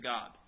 God